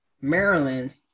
Maryland